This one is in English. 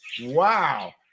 wow